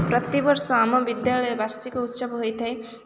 ପ୍ରତି ବର୍ଷ ଆମ ବିଦ୍ୟାଳୟରେ ବାର୍ଷିକ ଉତ୍ସବ ହୋଇଥାଏ